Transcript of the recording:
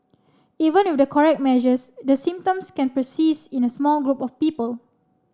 even with the correct measures the symptoms can persist in a small group of people